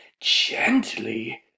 gently